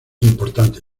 importante